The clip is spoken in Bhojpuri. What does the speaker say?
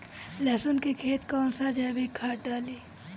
लहसुन के खेत कौन सा जैविक खाद डाली?